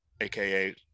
AKA